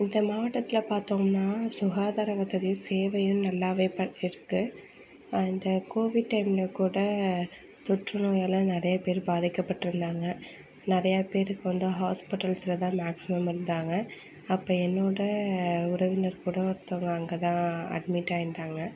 இந்த மாவட்டத்தில் பார்த்தோம்னா சுகாதார வசதியும் சேவையும் நல்லாவே இருக்கு அந்த கோவிட் டைம்மில் கூட தொற்றுநோயால் நிறையா பேர் பாதிக்கப்பட்ருந்தாங்க நிறையா பேருக்கு வந்து ஹாஸ்பிட்டல்ஸில் தான் மேக்சிமம் இருந்தாங்க அப்போ என்னோட உறவினர் கூட ஒருத்தவங்க அங்கே தான் அட்மிட் ஆயிருந்தாங்க